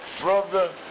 brother